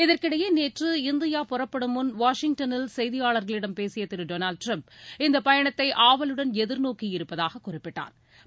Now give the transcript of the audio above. இதற்கிடையே நேற்று இந்தியா புறப்படும் முன் வாஷிங்டனில் செய்தியாளர்களிடம் பேசிய திரு டொனால்ட் ட்ரம்ப் இந்த பயணத்தை ஆவலுடன் எதிர்நோக்கியிருப்பதாக குறிப்பிட்டாள்